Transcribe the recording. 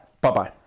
Bye-bye